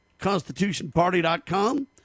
ConstitutionParty.com